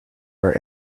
our